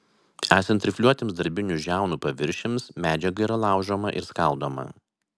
esant rifliuotiems darbinių žiaunų paviršiams medžiaga yra laužoma ir skaldoma